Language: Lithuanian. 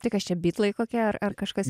tai kas čia bitlai kokie ar ar kažkas